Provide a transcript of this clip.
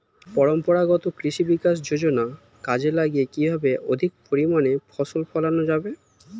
পরম্পরাগত কৃষি বিকাশ যোজনা কাজে লাগিয়ে কিভাবে অধিক পরিমাণে ফসল ফলানো যাবে?